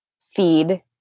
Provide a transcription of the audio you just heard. feed